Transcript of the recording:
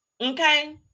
okay